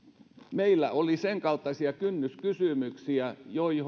meillä oli sen kaltaisia kynnyskysymyksiä